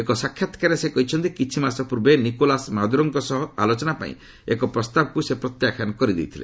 ଏକ ସାକ୍ଷାତ୍କାରରେ ସେ କହିଛନ୍ତି କିଛି ମାସ ପୂର୍ବେ ନିକୋଲାସ୍ ମାଦୁରୋଙ୍କ ସହ ଆଲୋଚନାପାଇଁ ଏକ ପ୍ରସ୍ତାବକୁ ସେ ପ୍ରତ୍ୟାଖ୍ୟାନ କରିଦେଇଥିଲେ